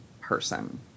person